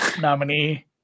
nominee